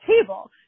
table